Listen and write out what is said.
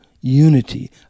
unity